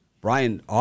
Brian